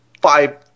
five